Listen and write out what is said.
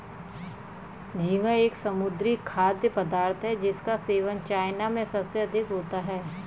झींगा एक समुद्री खाद्य पदार्थ है जिसका सेवन चाइना में सबसे अधिक होता है